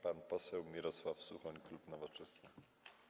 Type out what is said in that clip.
Pan poseł Mirosław Suchoń, klub Nowoczesna.